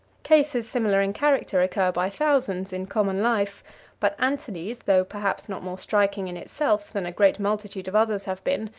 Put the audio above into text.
cases similar in character occur by thousands in common life but antony's, though perhaps not more striking in itself than a great multitude of others have been,